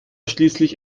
schließlich